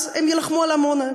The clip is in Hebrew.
אז הם יילחמו על עמונה.